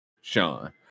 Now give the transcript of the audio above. Sean